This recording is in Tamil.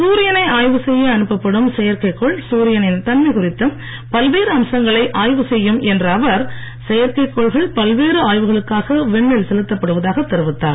சூரியனை ஆய்வு செய்ய அனுப்பப்படும் செயற்கைக்கோள் சூரியனின் தன்மை குறித்த பல்வேறு அம்சங்களை ஆய்வு செய்யும் என்ற அவர் செயற்கைக் கோள்கள் பல்வேறு ஆய்வுகளுக்காக விண்ணில் செலுத்தப்படுவதாகத் தெரிவித்தார்